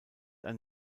ein